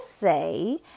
say